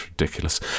Ridiculous